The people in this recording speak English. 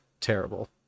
terrible